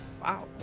Wow